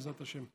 בעזרת השם.